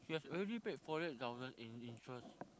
you have already paid forty eight thousand in interest